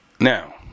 now